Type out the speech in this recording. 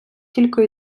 тілько